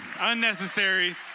unnecessary